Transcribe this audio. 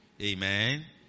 Amen